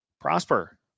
prosper